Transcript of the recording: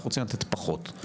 אנחנו רוצים לתת פחות'.